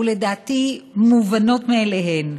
ולדעתי מובנות מאליהן,